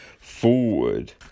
forward